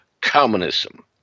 communism